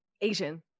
asian